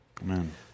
Amen